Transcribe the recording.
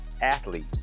athlete